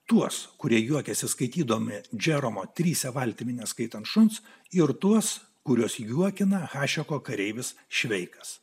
tuos kurie juokiasi skaitydomi džeromo trise valtimi neskaitant šuns ir tuos kuriuos juokina hašeko kareivis šveikas